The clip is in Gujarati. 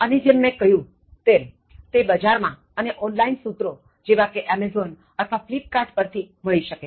અને જેમ મેં કહ્યું તેમ તે બજાર માં અને ઓનલાઇન સૂત્રો જેવા કે એમેઝોન અથવા ફ્લિપકાર્ટ પર થી મળી શકે છે